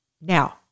Now